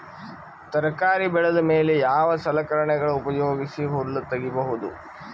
ತರಕಾರಿ ಬೆಳದ ಮೇಲೆ ಯಾವ ಸಲಕರಣೆಗಳ ಉಪಯೋಗಿಸಿ ಹುಲ್ಲ ತಗಿಬಹುದು?